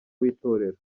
w’itorero